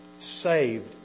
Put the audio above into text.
saved